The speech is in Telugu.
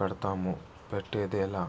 పెడ్తాము, పెట్టేదే లా